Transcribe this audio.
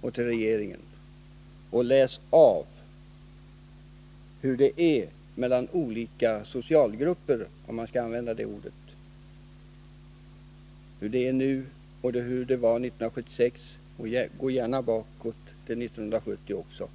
och studera förhållandena mellan olika socialgrupper — om man kan använda det ordet. Studera hurudana förhållandena är nu och hurudana de var 1976. Gå gärna tillbaka till 1970 också.